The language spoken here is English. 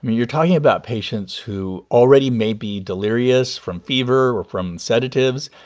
you're talking about patients who already may be delirious from fever or from sedatives.